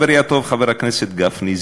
חברי הטוב חבר הכנסת גפני,